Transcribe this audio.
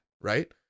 right